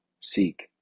seek